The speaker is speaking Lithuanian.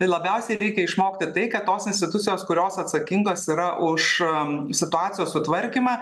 tai labiausiai reikia išmokti tai kad tos institucijos kurios atsakingos yra už situacijos sutvarkymą